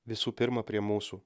visų pirma prie mūsų